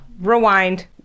Rewind